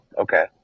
Okay